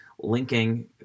linking